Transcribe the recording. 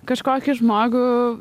kažkokį žmogų